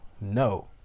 No